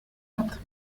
habt